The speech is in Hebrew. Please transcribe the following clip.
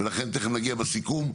ולכן תכף נגיע לסיכום,